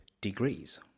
degrees